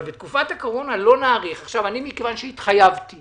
מכיוון שהתחייבתי